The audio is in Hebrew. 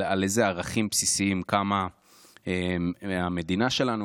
על איזה ערכים בסיסיים קמה המדינה שלנו,